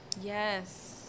Yes